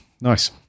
Nice